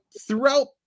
throughout